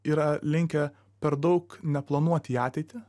yra linkę per daug neplanuoti į ateitį